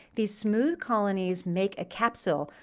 these smooth colonies make a capsule,